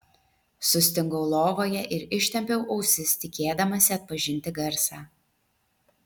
sustingau lovoje ir ištempiau ausis tikėdamasi atpažinti garsą